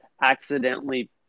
accidentally